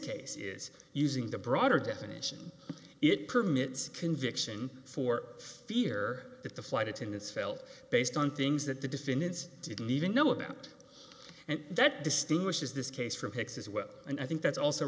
case is using the broader definition it permits conviction for fear that the flight attendants felt based on things that the defendants didn't even know about and that distinguishes this case from picks as well and i think that's also